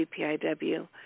GPIW